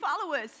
followers